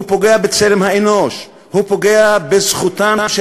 הוא פוגע בצלם האנוש,